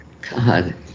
God